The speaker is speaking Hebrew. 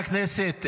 חברת הכנסת תמנו.